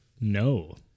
no